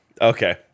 Okay